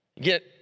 Get